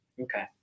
Okay